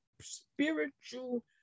spiritual